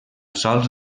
sols